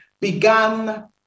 began